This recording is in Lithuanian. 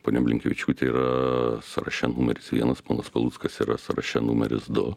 ponia blinkevičiūtė yra sąraše numeris vienas ponas paluckas yra sąraše numeris du